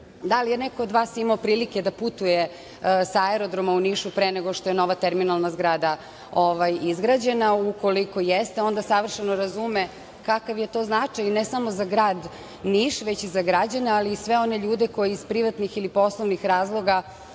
da li je neko od vas imao prilike da putuje sa aerodroma u Nišu pre nego što je nova terminalna zgrada izgrađena. Ukoliko jeste onda savršeno razume kakav je to značaj ne samo za grad Niš već i za građane, ali i sve one ljude koji iz privatnih ili poslovnih razloga